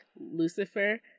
Lucifer